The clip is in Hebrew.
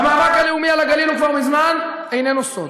המאבק הלאומי על הגליל כבר מזמן איננו סוד.